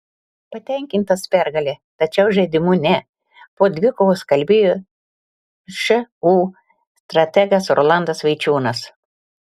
patenkintas pergale tačiau žaidimu ne po dvikovos kalbėjo šu strategas rolandas vaičiūnas